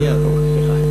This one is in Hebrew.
מייד, סליחה.